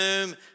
home